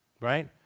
right